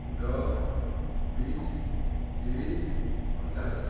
দহ বিছ ত্ৰিছ পঞ্চাছ